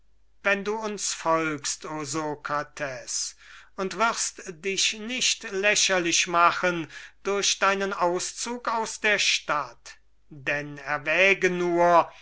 wenn du uns folgst o sokrates und du wirst dich nicht lächerlich machen durch deinen auszug aus der stadt denn erwäge nur